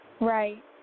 Right